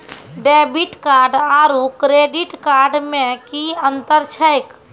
Debit card आरू credit card मे कि अन्तर छैक?